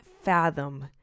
fathom